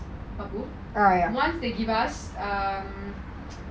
once htye give us um